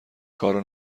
کارو